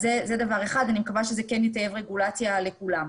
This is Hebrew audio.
זה דבר אחד אני מקווה שזה כן יהווה רגולציה לכולם.